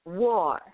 war